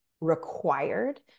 required